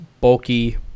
bulky